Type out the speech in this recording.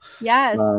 Yes